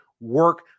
work